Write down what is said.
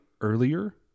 earlier